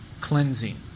cleansing